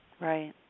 Right